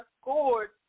scored